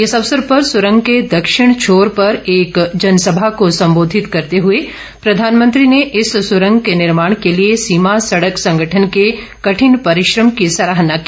इस अवसर पर सुरंग के दक्षिणी छोर पर एक जनसभा को संबोधित करते हए प्रधानमंत्री ने इस सुरंग के निर्माण के लिए सीमा सडक संगठन के कठिन परिश्रम की सराहना की